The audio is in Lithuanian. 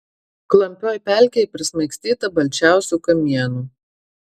klampioj pelkėj prismaigstyta balčiausių kamienų